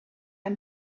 and